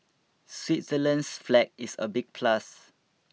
switzerland's flag is a big plus